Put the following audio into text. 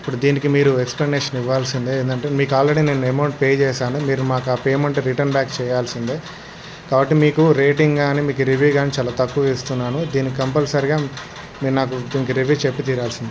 ఇప్పుడు దీనికి మీరు ఎక్స్ప్లానేషన్ ఇవ్వాల్సిందే ఏమిటి అంటే మీకు ఆల్రెడీ నేను అమౌంట్ పే చేశాను మీరు మాకు ఆ పేమెంట్ రిటర్న్ బ్యాక్ చేయాల్సిందే కాబట్టి మీకు రేటింగ్ కానీ రివ్యూ కానీ చాలా తక్కువ ఇస్తున్నాను దీన్ని కంపల్సరిగా మీరు నాకు దీనికి రివ్యూ చెప్పి తీరాల్సిందే